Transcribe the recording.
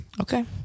Okay